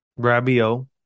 rabio